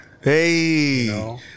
hey